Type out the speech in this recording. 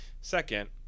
Second